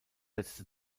letzte